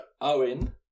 Owen